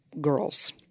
girls